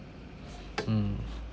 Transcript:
mm